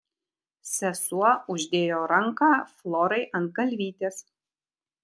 sesuo uždėjo ranką florai ant galvytės